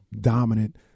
dominant